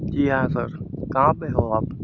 जी हाँ सर कहाँ पर हो आप